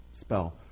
spell